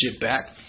back